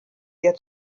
der